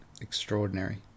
extraordinary